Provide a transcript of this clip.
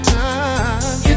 time